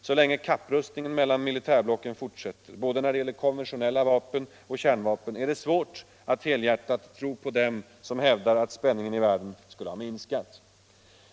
Så länge kapprustningen mellan militärblocken fortsätter, både när det gäller konventionella vapen och i fråga om kärnvapen, är det svårt att helhjärtat tro på dem som hävdar att spänningen i världen skulle ha minskat.